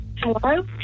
hello